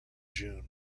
june